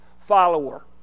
follower